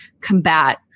combat